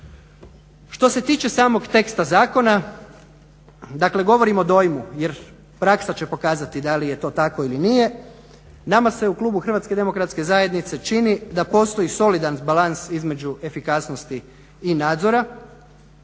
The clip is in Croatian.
Što se tiče samog teksta zakona, dakle govorim o dojmu jer praksa će pokazati da li je to tako ili nije, nama se u klubu HDZ-a čini da postoji solidan balans između efikasnosti i nadzora.